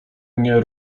mnie